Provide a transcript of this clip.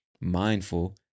mindful